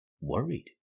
worried